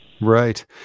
Right